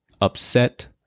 upset